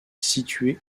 situé